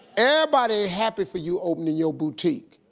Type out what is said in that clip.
everybody happy for you opening your boutique.